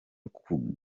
gukundisha